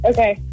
Okay